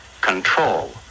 control